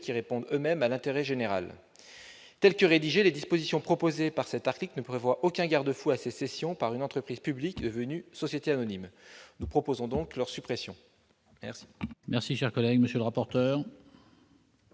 qui répondent eux-mêmes à l'intérêt général. Telles qu'elles sont rédigées, les dispositions proposées au titre de cet article ne prévoient aucun garde-fou à ces cessions par une entreprise publique devenue société anonyme. Nous proposons donc leur suppression. Quel